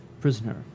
prisoner